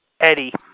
Eddie